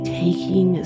taking